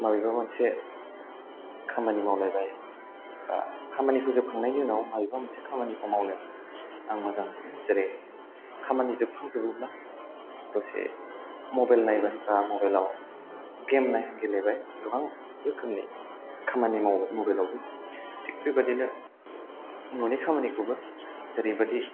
माबेबा मोनसे खामानि मावलायबाय बा खामानि फोजोबखांनायनि उनाव माबेबा मोनसे खामानिखौ मावनो आं मोजां मोनो जेरै खामानि जोबखांजोबोब्ला दसे मबेल नायबाय बा मबेलाव गेम गेलेबाय गोबां रोखोमनि खामानि मावो मबेलावबो थिग बिबादिनो न'नि खामानिखौबो जेरैबादि